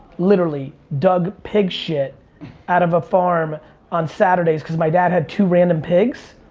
literally dug pig shit out of a farm on saturdays cause my dad had two random pigs.